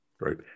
right